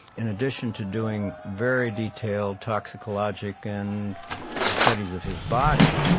in addition to doing very detailed toxicologic and studies of his body,